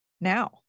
now